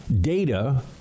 data